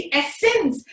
essence